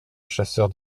chasseur